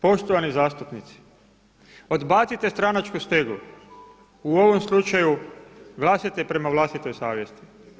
Poštovani zastupnici, odbacite stranačku stegu u ovom slučaju glasajte prema vlastitoj savjesti.